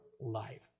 life